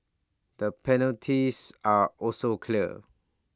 the penalties are also clear